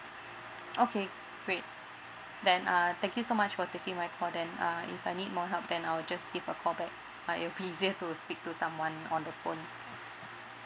okay great then uh thank you so much for taking my call then uh if I need more help then I'll just give a call back uh it will be easier to speak to someone on the phone